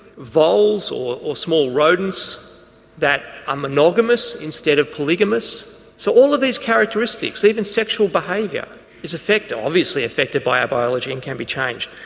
voles or or small rodents that are ah monogamous instead of polygamous so all of these characteristics, even sexual behaviour is affected, obviously affected by our biology and can be changed.